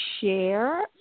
share